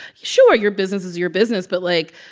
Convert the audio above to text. sure, your business is your business. but, like,